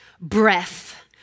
breath